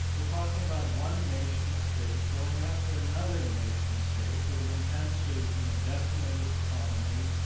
we're talking about one nation state going after another nation state with the intent to you know decimate its economy,